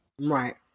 right